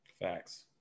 Facts